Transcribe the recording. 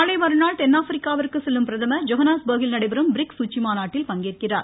நாளை மறுநாள் தென்னாப்பிரிக்காவிற்கு செல்லும் பிரதமர் ஜோகன்னஸ்பர்கில் நடைபெறும் பிரிக்ஸ் உச்சிமாநாட்டில் பங்கேற்கிறார்